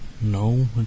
No